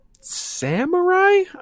samurai